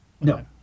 No